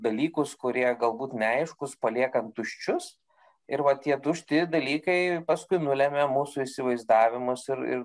dalykus kurie galbūt neaiškūs paliekant tuščius ir va tie tušti dalykai paskui nulemia mūsų įsivaizdavimus ir ir